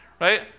right